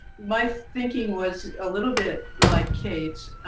my thinking was a little bit like kate's.